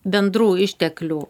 bendrų išteklių